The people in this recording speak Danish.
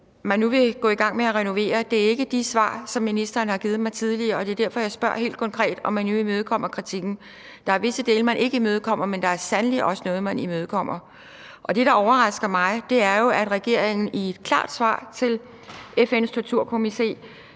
man nu vil gå i gang med at renovere. Det er ikke de svar, som ministeren har givet mig tidligere, og det er derfor, jeg spørger helt konkret, om man nu imødekommer kritikken. Der er visse dele, man ikke imødekommer, men der er sandelig også noget, man imødekommer. Og det, der overrasker mig, er jo, at regeringen i et klart svar til FN's Torturkomité